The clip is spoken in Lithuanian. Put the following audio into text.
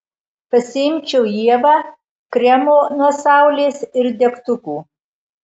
pasiimčiau ievą kremo nuo saulės ir degtukų